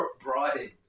broadened